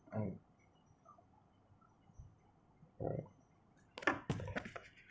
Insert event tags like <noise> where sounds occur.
um <noise> <noise>